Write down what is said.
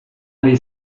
ari